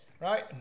Right